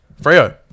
Frio